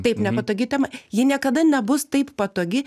taip nepatogi tema ji niekada nebus taip patogi